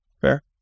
Fair